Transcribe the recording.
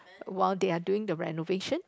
while they are doing the renovation